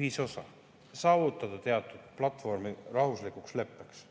ühisosa, saavutada teatud platvorm rahvuslikuks leppeks.